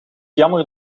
jammer